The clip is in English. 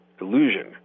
illusion